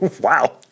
wow